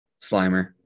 Slimer